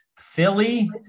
Philly